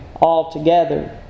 altogether